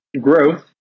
growth